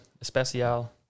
Especial